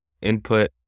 input